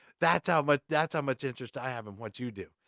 that's how much, that's how much interest i have in what you do.